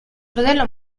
fratello